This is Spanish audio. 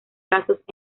casos